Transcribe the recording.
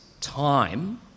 time